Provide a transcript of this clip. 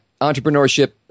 entrepreneurship